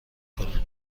کنیم